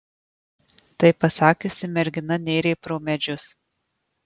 tai pasakiusi mergina nėrė pro medžius